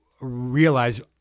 realize